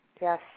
Yes